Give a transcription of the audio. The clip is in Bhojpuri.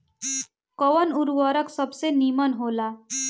कवन उर्वरक सबसे नीमन होला?